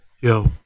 yo